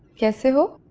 yes sir?